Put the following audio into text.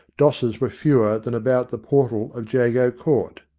dossers were fewer than about the portal of jago court.